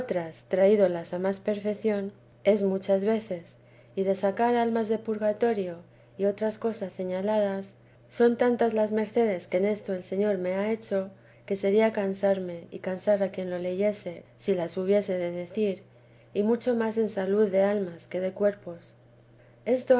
traídolas a más períeción es muchas veces y de sacar almas de purgatorio y otras cosas señaladas son tantas las mercedes que en esto el señor me ha hecho que sería cansarme y cansar a quien lo leyese si las hubiese de decir y mucho más en salud de almas que de cuerpos esto